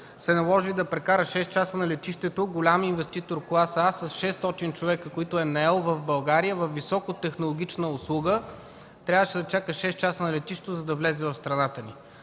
се наложи да прекара 6 часа на летището. Голям инвеститор клас „А” с 600 човека, които е наел в България във високо технологична услуга, трябваше да чака 6 часа на летището, за да влезе в страната ни.